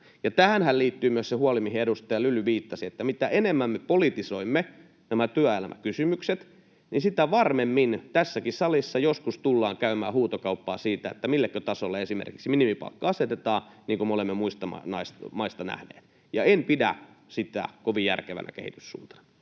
tähänhän liittyy myös se huoli, mihin edustaja Lyly viittasi, että mitä enemmän me politisoimme nämä työelämäkysymykset, niin sitä varmemmin tässäkin salissa joskus tullaan käymään huutokauppaa siitä, mille tasolle esimerkiksi minimipalkka asetetaan, niin kuin me olemme muista maista nähneet, ja en pidä sitä kovin järkevänä kehityssuuntana.